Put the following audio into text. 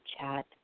chat